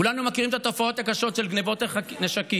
כולנו מכירים את התופעות הקשות של גנבות נשקים,